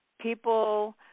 people